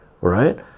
Right